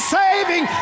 saving